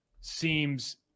seems